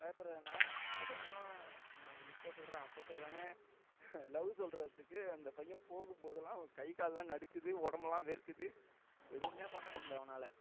பயப்பிடுறதனால இந்த பையனும் இப்போ சொல்கிறேன் அப்போ சொல்றேன்னு லவ் சொல்லுறத்துக்கு அந்த பையன் போகும்போதெல்லாம் கைக்கால்லாம் நடுக்குது உடம்பெல்லாம் வேர்குது எதுவுமே பண்ணமுல்ல அவனால்